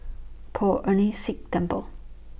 Poh Ern Shih Temple